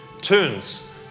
turns